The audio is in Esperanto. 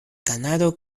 kanado